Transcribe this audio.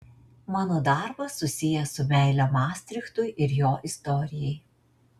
mano darbas susijęs su meile mastrichtui ir jo istorijai